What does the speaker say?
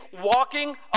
walking